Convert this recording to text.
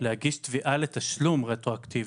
להגיש תביעה לתשלום רטרואקטיבי.